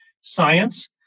science